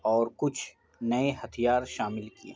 اور کچھ نئے ہتھیار شامل کیے